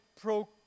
pro